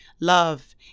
Love